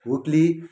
Hooghly